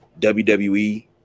WWE